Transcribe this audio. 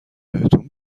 بهتون